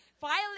violent